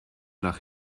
nach